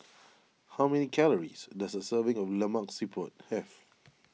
how many calories does a serving of Lemak Siput have